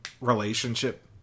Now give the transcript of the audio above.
relationship